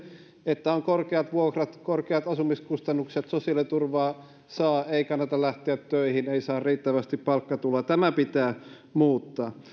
että on korkeat vuokrat korkeat asumiskustannukset sosiaaliturvaa saa ei kannata lähteä töihin ei saa riittävästi palkkatuloa tämä pitää muuttaa